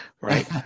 right